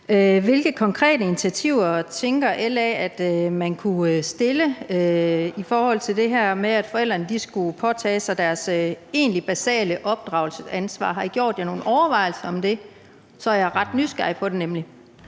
Hvilke konkrete initiativer tænker LA at man kunne tage i forhold til det her med, at forældrene skal påtage sig deres egentlig basale opdragelsesansvar? Har I gjort jer nogen overvejelser om det? Der er jeg nemlig ret nysgerrig. Kl.